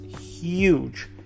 huge